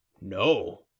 No